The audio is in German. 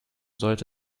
sollte